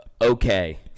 Okay